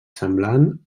semblant